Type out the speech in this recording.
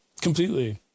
completely